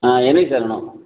ஆ என்னைக்கு சார் வேணும்